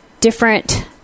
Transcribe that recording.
different